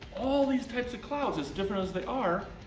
all these types of clouds, is different as they are,